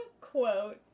quote